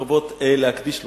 אני רוצה להקדיש לו.